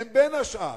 הם בין השאר,